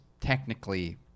technically